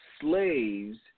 slaves